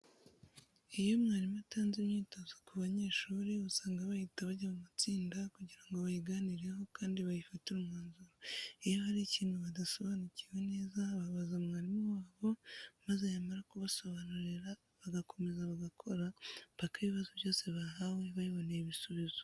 Iyo mwarimu atanze imyitozo ku banyeshuri usanga bahita bajya mu matsinda kugira ngo bayiganireho kandi bayifatire umwanzuro. Iyo hari ikintu badasobanukiwe meza babaza umwarimu wabo maze yamara kubasobanurira bagakomeza bagakora mpaka ibibazo byose bahawe babiboneye ibisubizo.